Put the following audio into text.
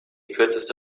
kürzeste